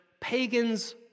pagans